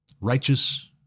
righteous